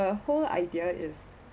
the whole idea is